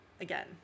again